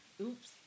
Oops